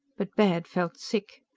but baird felt sick.